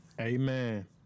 Amen